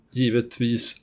givetvis